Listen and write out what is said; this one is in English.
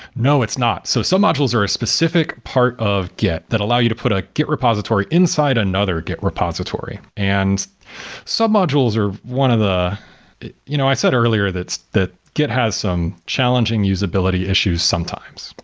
no, it's not. so sub-modules are a specific part of git that allow you to put a git repository inside another git repository. and sub-modules are one of the you know i said earlier that git has some challenging usability issues sometimes.